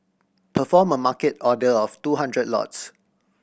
perform a Market order of two hundred lots